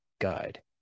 guide